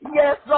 yes